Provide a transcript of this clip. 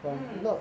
mm